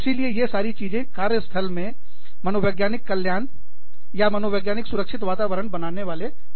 इसीलिए यह सारी चीजें कार्य स्थल में मनोवैज्ञानिक कल्याण या मनोवैज्ञानिक सुरक्षित वातावरण बनाने वाले कारक हैं